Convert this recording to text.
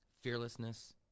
fearlessness